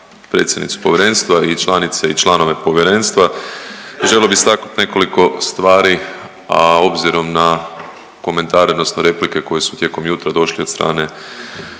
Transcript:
predsjednicu povjerenstva i članice i članove povjerenstva želio bi istaknuti nekoliko stvari, a obzirom na komentare odnosno replike koje su tijekom jutra došli od strane